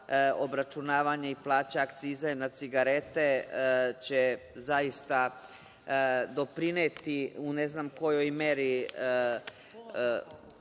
obračunavanje i plaćanje akciza na cigarete će zaista doprineti u ne znam kojoj meri